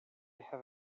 have